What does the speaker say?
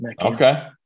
Okay